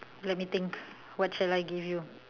let me think what shall I give you